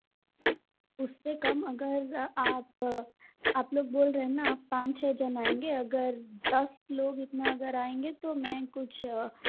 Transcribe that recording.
उससे कम अगर आप लोग बोल रहे हैं ना आप लोग पाँच छह जन आएंगे अगर दस लोग इतना अगर आएंगे तो मैं कुछ